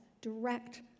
direct